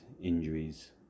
injuries